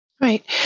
Right